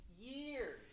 years